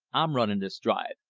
i'm runnin this drive.